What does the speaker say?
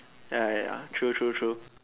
ya ya ya true true true